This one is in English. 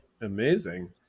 Amazing